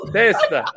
testa